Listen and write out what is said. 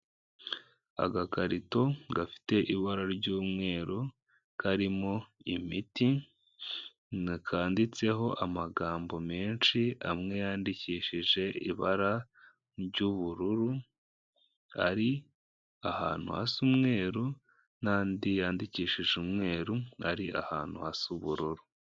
Agakarito gafite ibara ry'umweru, karimo imiti, akanditseho amagambo menshi, amwe yandikishije ibara ry'ubururu, ari ahantu hasa umweru, n'andi yandikishije umweru, ari ahantu hasa ubururu.